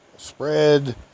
Spread